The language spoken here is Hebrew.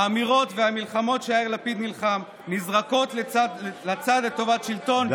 האמירות והמלחמות שיאיר לפיד נלחם נזרקות לצד לטובת שלטון,